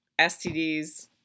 STDs